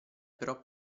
però